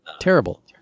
terrible